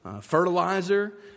fertilizer